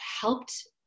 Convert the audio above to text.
helped